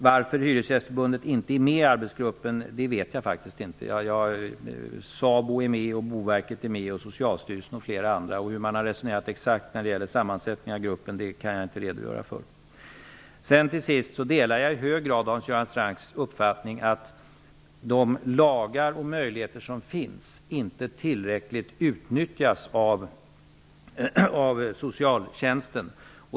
Varför förbundet inte är med i arbetsgruppen vet jag faktiskt inte. SABO, Boverket och Socialstyrelsen m.fl. är med. Hur man har resonerat exakt när det gäller sammansättningen av gruppen kan jag inte redogöra för. Till sist delar jag i hög grad Hans Göran Francks uppfattning att de lagar och möjligheter som finns inte tillräckligt utnyttjas av socialtjänsten.